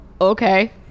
okay